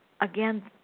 again